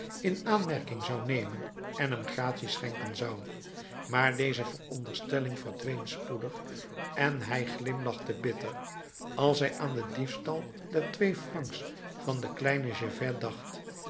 in aanmerking zou nemen en hem gratie schenken zou maar deze veronderstelling verdween spoedig en hij glimlachte bitter als hij aan den diefstal der twee francs van den kleinen gervais dacht